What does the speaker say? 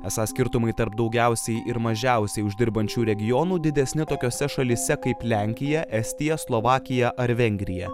esą skirtumai tarp daugiausiai ir mažiausiai uždirbančių regionų didesni tokiose šalyse kaip lenkija estija slovakija ar vengrija